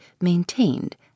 maintained